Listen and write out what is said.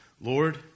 Lord